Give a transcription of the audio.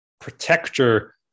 protector